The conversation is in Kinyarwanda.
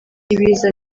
ibiza